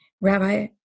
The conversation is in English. Rabbi